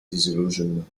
disillusionment